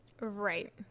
right